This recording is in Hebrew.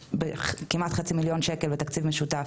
בכמעט חצי מיליון שקלים בתקציב משותף,